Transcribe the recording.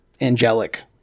Angelic